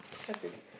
what's this